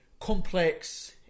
complex